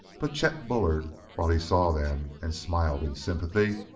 but chet bullard, while he saw them and smiled in sympathy,